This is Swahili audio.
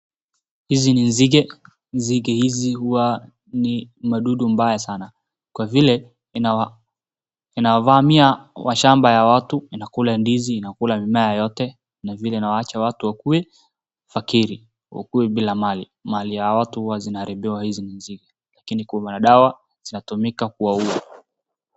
Hizi ni nzige. Nzige hizi huwa ni wadudu mbaya sana, kwa vile inavamia shamba ya watu, inakula ndizi, inakula mimea yote na vile inawacha watu wakuwe fakiri, wakuwe bila mali. Mali ya watu huwa inaaribiwa na hizi nzige lakini kuna dawa inatumika kuwaua.